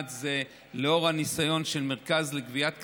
הוא לאור הניסיון של מרכז לגביית קנסות.